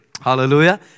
Hallelujah